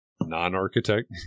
non-architect